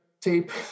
tape